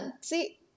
See